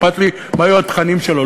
אכפת לי מה יהיו התכנים שלו,